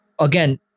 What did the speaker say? again